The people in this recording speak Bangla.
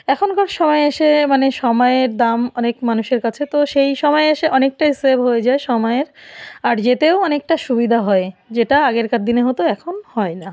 এখনকার সময়ে এসে মানে সময়ের দাম অনেক মানুষের কাছে তো সেই সময়ে এসে অনেকটাই সেভ হয়ে যায় সময়ের আর যেতেও অনেকটা সুবিধা হয় যেটা আগেকার দিনে হতো এখন হয় না